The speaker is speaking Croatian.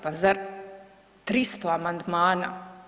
Pa zar 300 amandmana.